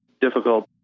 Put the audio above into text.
difficult